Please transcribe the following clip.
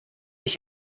ich